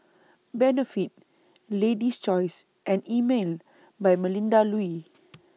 Benefit Lady's Choice and Emel By Melinda Looi